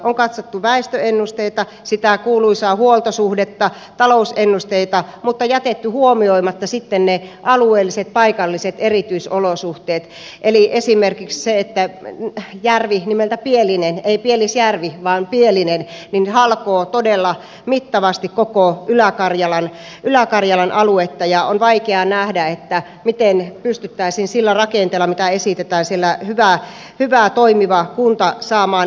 on katsottu väestöennusteita sitä kuuluisaa huoltosuhdetta talousennusteita mutta jätetty huomioimatta sitten ne alueelliset paikalliset erityisolosuhteet eli esimerkiksi se että järvi nimeltä pielinen eli pielisjärvi vaan pielinen halkoo todella mittavasti koko ylä karjalan aluetta ja on vaikea nähdä miten pystyttäisiin sillä rakenteella mitä esitetään hyvä ja toimiva kunta saamaan aikaiseksi